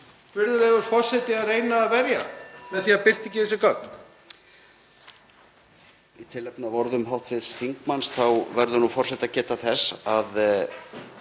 virðulegur forseti að reyna að verja með því að birta ekki þessi gögn?